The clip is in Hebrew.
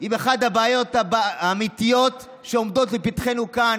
עם אחת הבעיות האמיתיות שעומדות לפתחנו כאן,